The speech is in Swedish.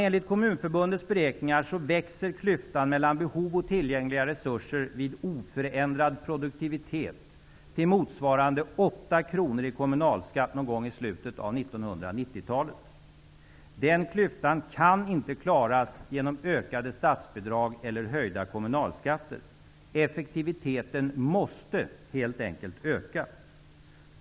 Enligt Kommunförbundets beräkningar växer klyftan mellan behov och tillgängliga resurser vid oförändrad produktivitet till motsvarande 8 kr i kommunalskatt någon gång i slutet av 1990-talet. Den klyftan kan inte klaras genom ökade statsbidrag eller höjda kommunalskatter. Effektiviteten måste helt enkelt öka.